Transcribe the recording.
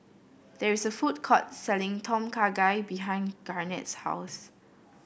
there is a food court selling Tom Kha Gai behind Garnett's house